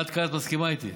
עד כאן את מסכימה איתי?